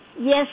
Yes